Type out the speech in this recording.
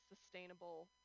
sustainable